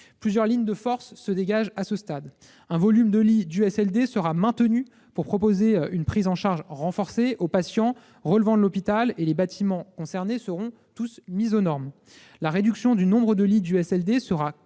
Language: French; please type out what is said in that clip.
Plusieurs lignes de force se dégagent à ce stade : un volume de lits d'USLD sera maintenu pour proposer une prise en charge renforcée aux patients relevant de l'hôpital, et les bâtiments concernés seront mis aux normes ; la réduction du nombre de lits d'USLD sera compensée